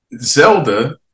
Zelda